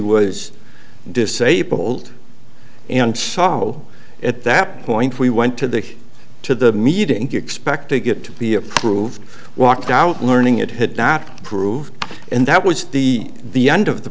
was disabled and salo at that point we went to the to the meeting expect to get to be approved walked out learning it had not been approved and that was the the end of the